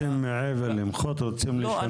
מעבר ללמחות, רוצים לשנות.